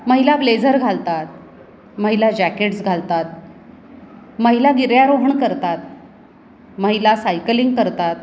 महिला ब्लेझर घालतात महिला जॅकेट्स घालतात महिला गिर्यारोहण करतात महिला सायकलिंग करतात